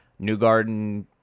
Newgarden